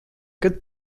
kad